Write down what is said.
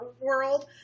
world